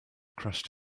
crashed